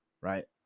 right